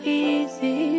easy